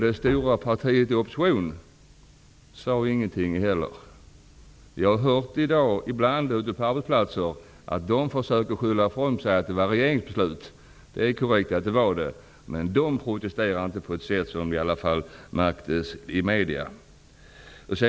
Det stora partiet i oppositionen sade ingenting heller. Jag har ibland hört ute på arbetsplatser att man försöker skylla ifrån sig genom att säga att detta var ett regeringsbeslut. Det är korrekt att det var det, men man protesterade i alla fall inte på ett sätt som märktes i media.